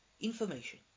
information